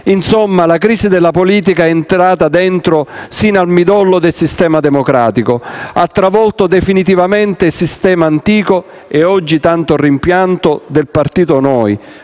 Insomma, la crisi della politica è entrata dentro, sino al midollo del sistema democratico. Ha travolto definitivamente il sistema antico e oggi tanto rimpianto del partito Noi,